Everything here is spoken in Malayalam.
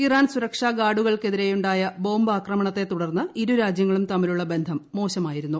ഇറാൻ സുരക്ഷാ ഗാർഡുകൾക്കെതിരെയുണ്ടായ ബോംബാക്രമണത്തെ തുടർന്ന് രാജ്യങ്ങളും തമ്മിലുള്ള ബന്ധം മോശമായിരുന്നു